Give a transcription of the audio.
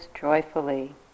joyfully